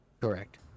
Correct